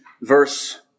verse